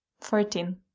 Fourteen